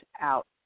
out